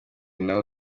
nabo